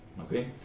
Okay